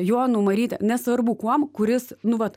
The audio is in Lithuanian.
jonu maryte nesvarbu kuom kuris nu vat